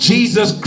Jesus